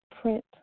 print